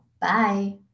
Bye